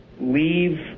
leave